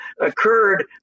occurred